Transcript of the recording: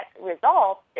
results